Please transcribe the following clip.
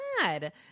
God